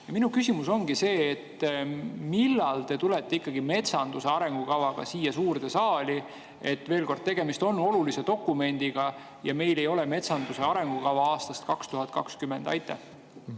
Minu küsimus ongi see: millal te tulete metsanduse arengukavaga siia suurde saali? Veel kord: tegemist on olulise dokumendiga ja meil ei ole metsanduse arengukava aastast 2020. Aitäh,